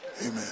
Amen